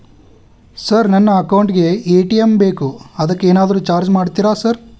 Sir ನನ್ನ account ಗೇ ATM ಬೇಕು ಅದಕ್ಕ ಏನಾದ್ರು ಚಾರ್ಜ್ ಮಾಡ್ತೇರಾ ಸರ್?